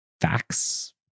facts